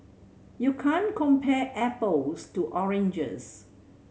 you can't compare apples to oranges